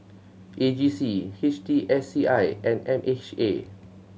A G C H T S C I and M H A